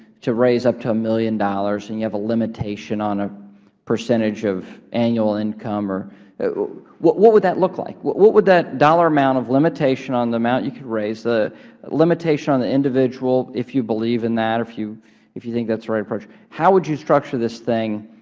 to raise up to one million dollars and you have a limitation on a percentage of annual income, or what what would that look like? what what would that dollar amount of limitation on the amount you could raise, the limitation on the individual, if you believe in that, if you if you think that's right, how would you structure this thing